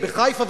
ובחיפה,